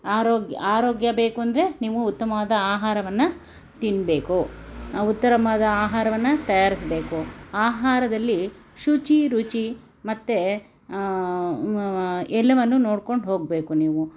ಆರೋಗ್ಯ ಆರೋಗ್ಯ ಬೇಕು ಅಂದರೆ ನೀವು ಉತ್ತಮವಾದ ಆಹಾರವನ್ನು ತಿನ್ಬೇಕು ಉತ್ತಮವಾದ ಆಹಾರವನ್ನು ತಯಾರಿಸಬೇಕು ಆಹಾರದಲ್ಲಿ ಶುಚಿ ರುಚಿ ಮತ್ತೆ ಎಲ್ಲವನ್ನು ನೋಡ್ಕೊಂಡು ಹೋಗಬೇಕು ನೀವು